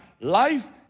life